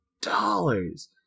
dollars